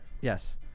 Yes